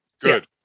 Good